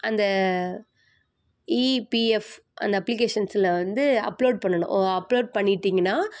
அந்த இபிஃஎப் அந்த அப்ளிகேஷன்ஸில் வந்து அப்லோட் பண்ணணும் ஒ அப்லோட் பண்ணிட்டிங்கனால்